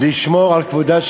אל תהיה גזען